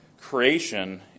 creation